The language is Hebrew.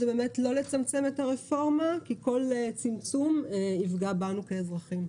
זה באמת לא לצמצם את הרפורמה כי כל צמצום יפגע בנו כאזרחים.